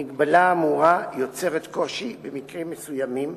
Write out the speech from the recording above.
המגבלה האמורה יוצרת קושי במקרים מסוימים,